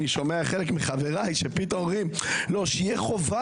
אני שומע חלק מחבריי שפתאום אומרים: שתהיה חובה